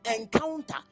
encounter